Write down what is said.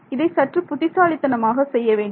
இதை சற்று புத்திசாலித்தனமாக செய்ய வேண்டும்